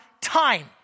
time